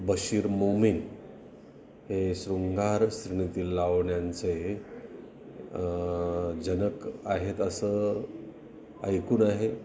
बशीर मोमीन हे शृंगारश्रेणीतील लावण्यांचे जनक आहेत असं ऐकून आहे